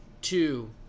Two